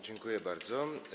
Dziękuję bardzo.